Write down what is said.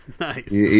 Nice